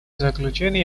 заключение